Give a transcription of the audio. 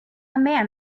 man